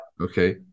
Okay